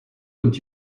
und